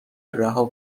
رها